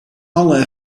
alle